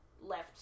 left